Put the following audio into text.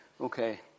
Okay